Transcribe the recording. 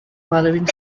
following